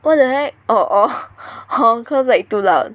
what the heck orh orh orh cause like too loud